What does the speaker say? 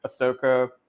Ahsoka